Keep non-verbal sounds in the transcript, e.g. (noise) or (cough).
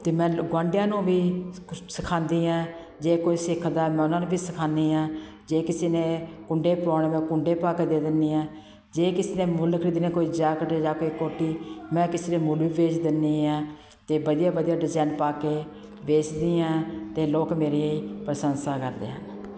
ਅਤੇ ਮੈਂ ਲ ਗੁਆਂਢੀਆਂ ਨੂੰ ਵੀ (unintelligible) ਸਿਖਾਉਂਦੀ ਐਂ ਜੇ ਕੋਈ ਸਿੱਖਦਾ ਮੈਂ ਉਨ੍ਹਾਂ ਨੂੰ ਵੀ ਸਿਖਾਂਨੀ ਹਾਂ ਜੇ ਕਿਸੇ ਨੇ ਕੁੰਡੇ ਪਵਾਣੇ ਹੋਣ ਮੈਂ ਕੁੰਡੇ ਪਾ ਕੇ ਦੇ ਦਿੰਦੀ ਹਾਂ ਜੇ ਕਿਸੇ ਨੇ ਮੁੱਲ ਖਰੀਦਣੀ ਕੋਈ ਜਾਕੇਟ ਜਾਂ ਕੋਈ ਕੋਟੀ ਮੈਂ ਕਿਸੇ ਨੂੰ ਮੁੱਲ ਵੀ ਵੇਚ ਦਿੰਦੀ ਹਾਂ ਅਤੇ ਵਧੀਆ ਵਧੀਆ ਡਿਜ਼ਾਈਨ ਪਾ ਕੇ ਵੇਚਦੀ ਹਾਂ ਅਤੇ ਲੋਕ ਮੇਰੀ ਪ੍ਰਸੰਸਾ ਕਰਦੇ ਹਨ